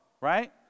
right